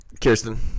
Kirsten